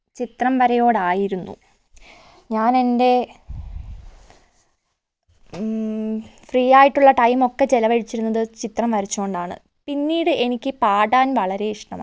ചിത്രം വരയോടായിരുന്നു ഞാനെൻ്റെ ഫ്രീയായിട്ടുള്ള ടൈമൊക്കെ ചെലവഴിച്ചിരുന്നത് ചിത്രം വരച്ചോണ്ടാണ് പിന്നീട് എനിക്ക് പാടാൻ വളരെ ഇഷ്ട്ടമാണ്